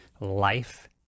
life